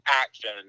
action